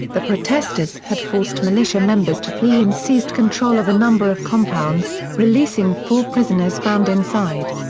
the protestors had forced militia members to flee and seized control of a number of compounds, releasing four prisoners found inside.